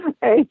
hey